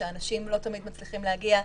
שאנשים לא תמיד מצליחים להגיע,